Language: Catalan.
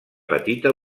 petita